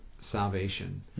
salvation